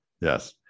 yes